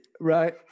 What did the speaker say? Right